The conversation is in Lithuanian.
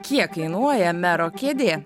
kiek kainuoja mero kėdė